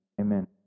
amen